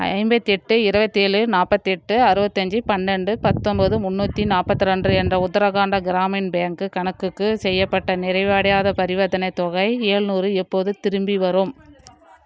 ஐம்பத்தெட்டு இருபத்தேழு நாற்பத்தெட்டு அறுபத்தஞ்சி பன்னெண்டு பத்தொம்போது முந்நூற்றி நாற்பத்ரெண்டு என்ற உத்தராகண்ட க்ராமின் பேங்க்கு கணக்குக்கு செய்யப்பட்ட நிறைவடையாத பரிவர்த்தனை தொகை ஏழுநூறு எப்போது திரும்பிவரும்